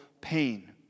pain